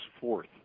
fourth